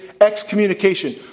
excommunication